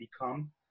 become